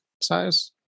size